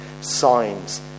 signs